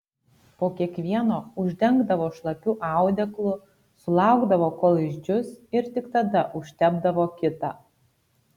po kiekvieno uždengdavo šlapiu audeklu sulaukdavo kol išdžius ir tik tada užtepdavo kitą